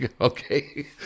Okay